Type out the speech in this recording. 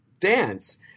dance